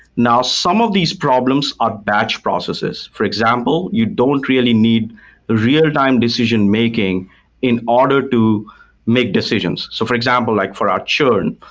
now some of these problems are batch processes. for example, you don't really need real-time decision-making in order to make decisions so for example, like for our churn,